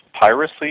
piracy